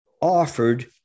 offered